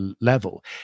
level